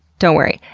don't worry.